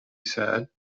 said